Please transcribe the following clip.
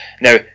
Now